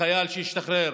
לחייל שישתחרר